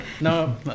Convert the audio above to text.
No